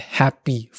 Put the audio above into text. happy